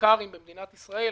למלכ"רים במדינת ישראל,